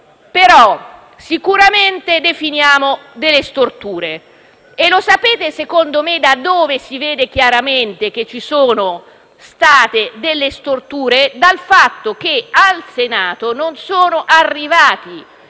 ma sicuramente individuiamo delle storture. Lo sapete, secondo me, da dove si vede chiaramente che ci sono state delle storture? Dal fatto che al Senato non sono arrivati